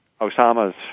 Osama's